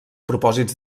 propòsits